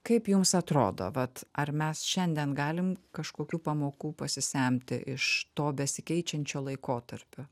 kaip jums atrodo vat ar mes šiandien galim kažkokių pamokų pasisemti iš to besikeičiančio laikotarpio